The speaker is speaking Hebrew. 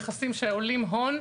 נכסים שעולים הון,